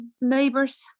neighbors